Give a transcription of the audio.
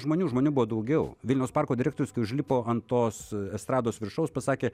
žmonių žmonių buvo daugiau vilniaus parko direktorius kai užlipo ant tos estrados viršaus pasakė